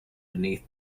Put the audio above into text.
beneath